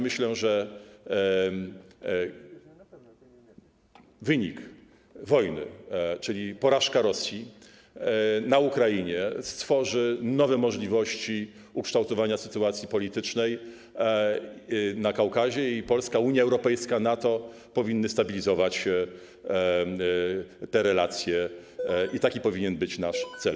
Myślę, że wynik wojny, czyli porażka Rosji na Ukrainie, stworzy nowe możliwości ukształtowania sytuacji politycznej na Kaukazie i Polska, Unia Europejska, NATO powinny stabilizować te relacje, i taki powinien być nasz cel.